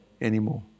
anymore